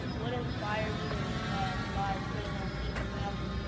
what inspired you to buy queen latifah's album?